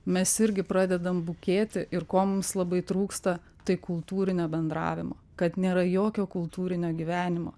mes irgi pradedam bukėti ir ko mums labai trūksta tai kultūrinio bendravimo kad nėra jokio kultūrinio gyvenimo